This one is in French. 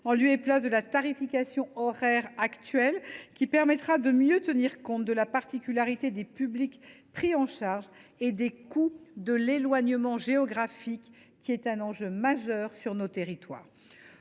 en lieu et place de la tarification horaire actuelle, qui permettra de mieux tenir compte de la particularité des publics pris en charge et des coûts de l’éloignement géographique, enjeu majeur dans nos territoires.